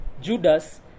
Judas